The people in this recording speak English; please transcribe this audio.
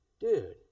Dude